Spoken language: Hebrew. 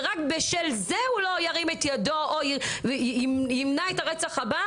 ורק בשל זה הוא לא ירים את ידו וימנע את הרצח הבא